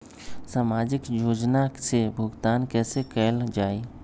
सामाजिक योजना से भुगतान कैसे कयल जाई?